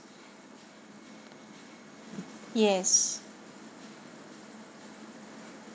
yes